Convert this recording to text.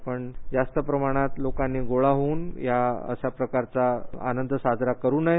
आपण जास्त प्रमाणात लोकांनी गोळा होवून या प्रकाराचा आनंद साजरा करु नये